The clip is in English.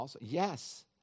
Yes